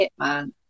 hitman